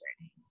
journey